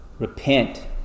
Repent